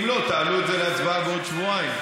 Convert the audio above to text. אם לא, תעלו את זה להצבעה בעוד שבועיים.